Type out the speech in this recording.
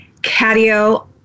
catio